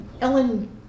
Ellen